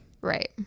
Right